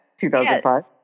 2005